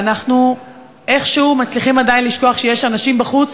ואנחנו איכשהו עדיין מצליחים לשכוח שיש אנשים בחוץ,